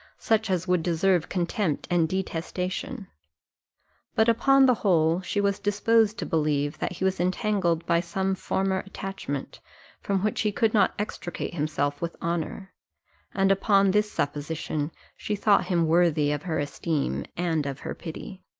such as would deserve contempt and detestation but upon the whole she was disposed to believe that he was entangled by some former attachment from which he could not extricate himself with honour and upon this supposition she thought him worthy of her esteem, and of her pity.